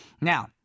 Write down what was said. Now